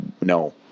no